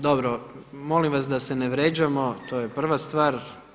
Dobro, molim vas da se ne vrijeđamo to je prva stvar.